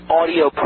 audio